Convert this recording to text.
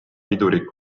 pidurit